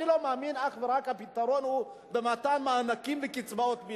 אני לא מאמין שהפתרון הוא אך ורק במתן מענקים וקצבאות.